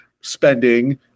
spending